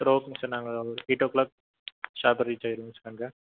sir ஒரு நிமிஷம் நாங்கள் அங்கே எயிட் ஓ க்ளாக் ஷார்ப்பாக ரீச் ஆயிடுவோம் சார் அங்கே